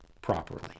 properly